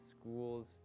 schools